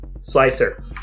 Slicer